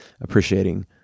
appreciating